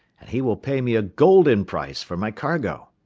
and he will pay me a golden price for my cargo!